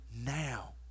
now